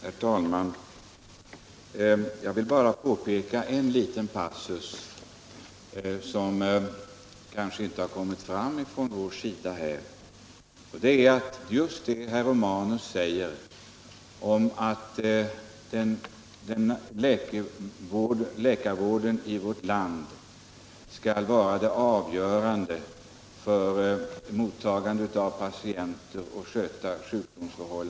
Herr talman! Jag vill bara peka på en liten passus som kanske inte har betonats nog från vår sida. Jag avser just det som herr Romanus säger om att det avgörande ansvaret för mottagande av patienter och vård av sjuka i vårt land skall ligga hos den allmänna sjukvården.